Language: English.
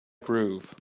groove